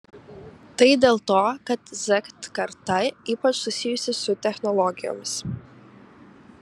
tai dėl to kad z karta ypač susijusi su technologijomis